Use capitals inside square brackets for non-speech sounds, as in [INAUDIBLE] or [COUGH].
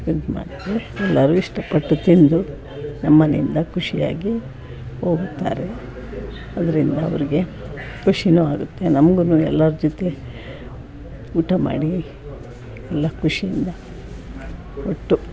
[UNINTELLIGIBLE] ಎಲ್ಲರೂ ಇಷ್ಟಪಟ್ಟು ತಿಂದು ನಮ್ಮ ಮನೆಯಿಂದ ಖುಷಿಯಾಗಿ ಹೋಗುತ್ತಾರೆ ಅದರಿಂದ ಅವ್ರಿಗೆ ಖುಷಿನೂ ಆಗುತ್ತೆ ನಮ್ಗು ಎಲ್ಲರ ಜೊತೆ ಊಟ ಮಾಡಿ ಎಲ್ಲ ಖುಷಿಯಿಂದ ಒಟ್ಟು